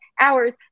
hours